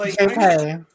Okay